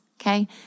okay